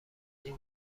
این